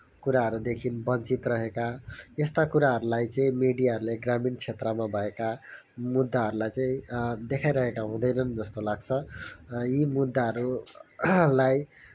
कुराहरूदेखि वञ्चित रहेका यस्ता कुराहरूलाई चाहिँ मिडियाहरूले ग्रामीण क्षेत्रमा भएका मुद्दाहरूलाई चाहिँ देखाइरहेका हुँदैनन् जस्तो लाग्छ र यी मुद्दाहरूलाई